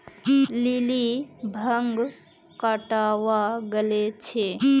lily भांग कटावा गले छे